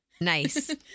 Nice